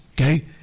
okay